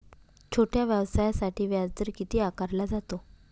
छोट्या व्यवसायासाठी व्याजदर किती आकारला जातो?